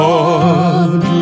Lord